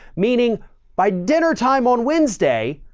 meaning by dinner time on wednesday,